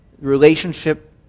relationship